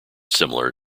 similar